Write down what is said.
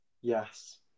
Yes